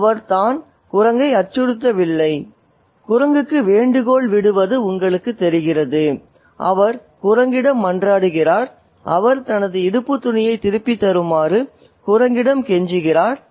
அவர் தான் குரங்கை அச்சுறுத்தவில்லை குரங்குக்கு வேண்டுகோள் விடுவது உங்களுக்குத் தெரியும் அவர் குரங்கிடம் மன்றாடினார் அவர் தனது இடுப்பு துணியைத் திருப்பித் தருமாறு குரங்கிடம் கெஞ்சினார்